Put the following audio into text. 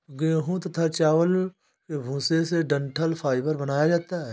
गेहूं तथा चावल के भूसे से डठंल फाइबर बनाया जाता है